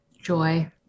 Joy